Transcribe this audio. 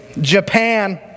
Japan